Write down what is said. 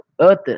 earth